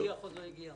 המשיח עוד לא הגיע.